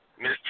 Miss